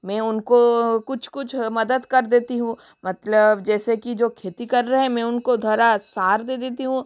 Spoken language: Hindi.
मैं उनको कुछ कुछ मदद कर देती हूँ मतलब जैसे कि जो खेती कर रहे मैं उनको धारा सार दे देती हूँ